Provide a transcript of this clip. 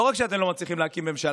לא רק שאתם לא מצליחים להקים ממשלה,